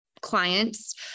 clients